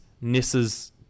nissa's